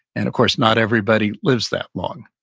and of course not everybody lives that long.